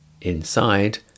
Inside